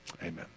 Amen